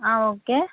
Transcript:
okay